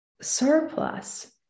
surplus